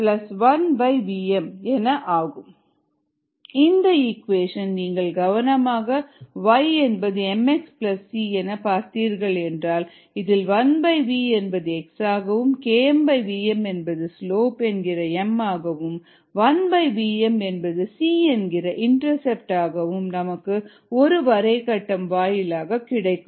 1vKmSvmSKm1vmS1vm இந்த equation நீங்கள் கவனமாக y என்பது mx c என பார்த்தீர்களென்றால் இதில் 1v என்பது x ஆகவும் Kmvm என்பது ஸ்லோப் என்கிற m ஆகவும் 1vm என்பது c என்கிற இன்டர்செப்ட் ஆகவும் நமக்கு ஒருவரை கட்டம் வாயிலாக கிடைக்கும்